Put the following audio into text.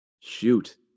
Shoot